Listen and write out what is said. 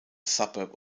suburb